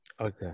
Okay